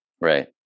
Right